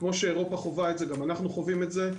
כמו שאירופה חווה את זה, גם אנחנו חווים את זה.